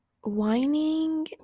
whining